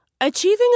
Achieving